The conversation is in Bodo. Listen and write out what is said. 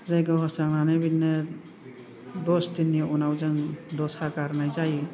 जैग' होस्रांनानै बिदिनो दस दिननि उनाव जों दसा गारनाय जायो